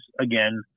again